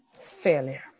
failure